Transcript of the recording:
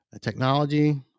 technology